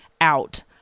out